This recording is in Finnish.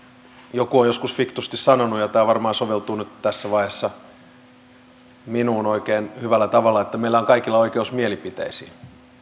joku on joskus fiksusti sanonut ja tämä varmaan soveltuu nyt tässä vaiheessa minuun oikein hyvällä tavalla että meillä on kaikilla oikeus mielipiteisiin